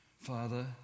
Father